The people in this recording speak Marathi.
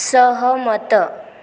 सहमत